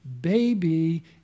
baby